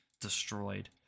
destroyed